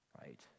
right